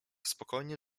spokojnie